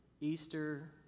Easter